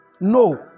No